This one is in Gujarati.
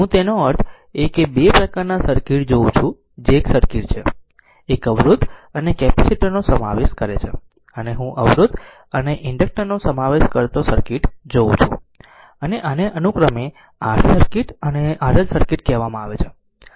હું તેનો અર્થ એ કે 2 પ્રકારના સર્કિટ જોઉં છું જે એક સર્કિટ છે જે એક અવરોધ અને કેપેસિટર નો સમાવેશ કરે છે અને હું અવરોધ અને ઇન્ડક્ટર નો સમાવેશ કરતો સર્કિટ જોઉં છું અને આને અનુક્રમે RC સર્કિટ અને RL સર્કિટ કહેવામાં આવે છે